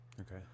okay